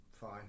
fine